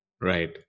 Right